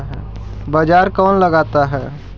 बाजार कौन लगाता है?